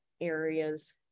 areas